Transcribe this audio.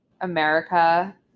America